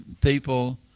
people